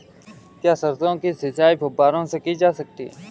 क्या सरसों की सिंचाई फुब्बारों से की जा सकती है?